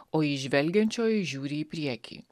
o įžvelgiančioji žiūri į priekį